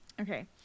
Okay